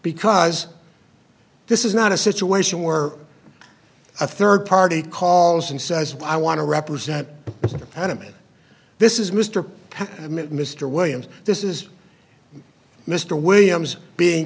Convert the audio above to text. because this is not a situation where a third party calls and says i want to represent adamant this is mr mr williams this is mr williams being